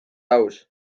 aus